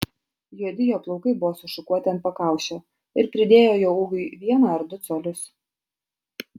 juodi jo plaukai buvo sušukuoti ant pakaušio ir pridėjo jo ūgiui vieną ar du colius